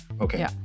Okay